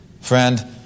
Friend